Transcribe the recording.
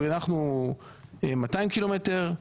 אנחנו הנחנו 200 קילומטרים,